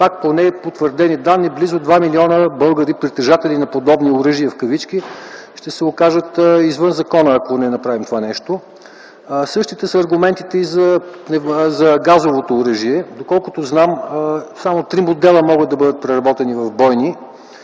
по непотвърдени данни над 2 милиона българи – притежатели на подобно „оръжие”, ще се окажат извън закона, ако не направим това. Същите са аргументите и за газовото оръжие. Доколкото знам, само три модела могат да бъдат преработени в бойни.